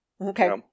Okay